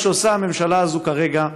מה שעושה הממשלה הזאת כרגע,